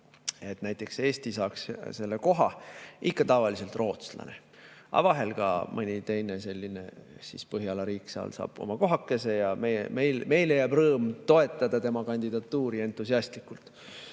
näiteks Eesti saaks selle koha. Ikka tavaliselt rootslane, aga vahel ka mõni teine selline Põhjala riik saab seal oma kohakese ja meile jääb rõõm toetada tema kandidatuuri entusiastlikult.